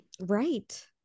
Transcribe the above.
right